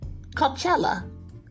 coachella